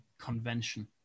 convention